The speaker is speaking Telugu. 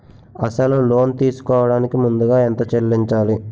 అసలు లోన్ తీసుకోడానికి ముందుగా ఎంత చెల్లించాలి?